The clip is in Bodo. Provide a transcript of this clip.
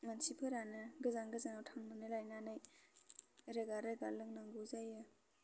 मानसिफोरानो गोजान गोजानाव थांनानै लायनानै रोगा रोगा लोंनांगौ जायो